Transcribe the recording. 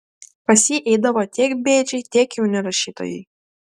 pas jį eidavo tiek bėdžiai tiek jauni rašytojai